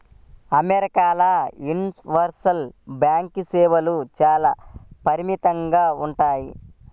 అమెరికాల universal bank సేవలు చాలా అపరిమితంగా ఉంటాయి